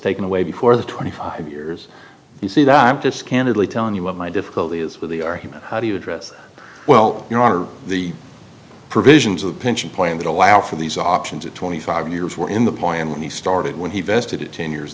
taken away before the twenty five years you see that i'm just candidly telling you what my difficulty is with the argument how do you address well you know under the provisions of the pension plan that allow for these options at twenty five years we're in the point when he started when he vested it ten years